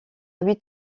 huit